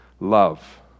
Love